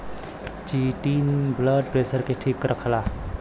chitin blood pressure के ठीक रखला